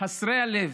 חסרי הלב,